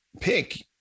pick